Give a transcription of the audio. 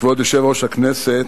כבוד יושב-ראש הכנסת,